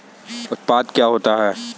उत्पाद क्या होता है?